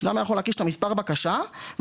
אדם היה יכול להקיש את מספר הבקשה ולשמוע,